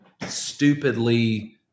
stupidly